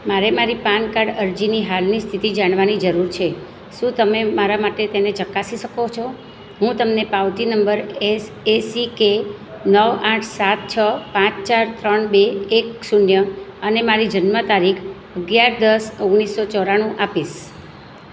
મારે મારી PAN card અરજીની હાલની સ્થિતિ જાણવાની જરૂર છે શું તમે મારા માટે તેને ચકાસી શકો છો હું તમને પાવતી નંબર એસિકે નવ આઠ સાત છ પાંચ ચાર ત્રણ બે એક શૂન્ય અને મારી જન્મ તારીખ અગિયાર દસ ઓગણીસો ચોરાણું આપીશ